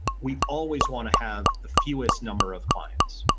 we always want to have the fewest number of clients.